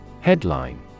Headline